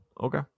Okay